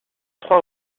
trois